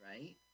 right